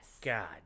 God